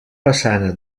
façana